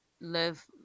live